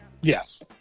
Yes